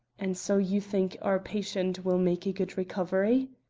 and so you think our patient will make a good recovery?